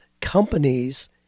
companies